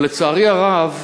אבל, לצערי הרב,